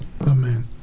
amen